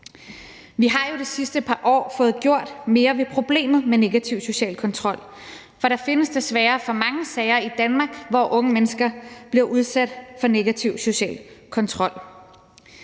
Vi har jo det sidste par år fået gjort mere ved problemet med negativ social kontrol, for der findes desværre for mange sager i Danmark, hvor unge mennesker bliver udsat for negativ social kontrol.